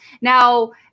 Now